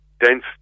dense